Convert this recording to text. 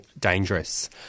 dangerous